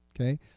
okay